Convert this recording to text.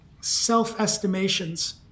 self-estimations